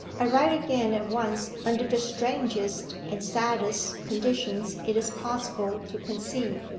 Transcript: i write again at once under the strangest and saddest conditions it is possible to conceive.